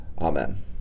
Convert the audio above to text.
Amen